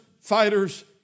fighters